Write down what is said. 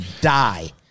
die